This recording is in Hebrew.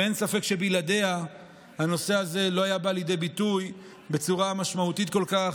אין ספק שבלעדיה הנושא הזה לא היה בא לידי ביטוי בצורה משמעותית כל כך.